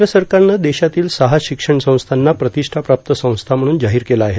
केंद्र सरकारनं देशातील सहा शिक्षणसंस्थांना प्रतिष्ठाप्राप्त संस्थाम्हणून जाहीर केलं आहे